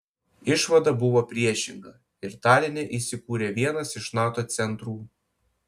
išvada buvo priešinga ir taline įsikūrė vienas iš nato centrų